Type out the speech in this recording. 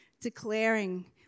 declaring